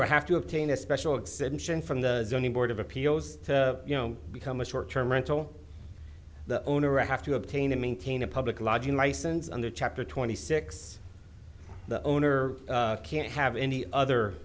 will have to obtain a special exemption from the zoning board of appeals to you know become a short term rental the owner or have to obtain and maintain a public lodging license under chapter twenty six the owner can't have any other